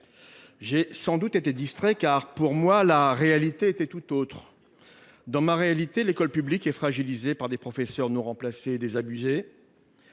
J’ai sans doute été distrait, car, pour moi, la réalité est tout autre. Dans ma réalité, l’école publique est fragilisée par des professeurs non remplacés et désabusés.